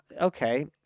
Okay